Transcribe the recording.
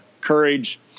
courage